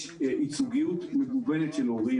יש ייצוגיות מגוונת של הורים,